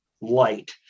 light